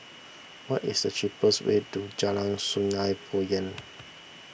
what is the cheapest way to Jalan Sungei Poyan